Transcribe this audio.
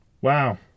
Wow